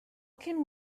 can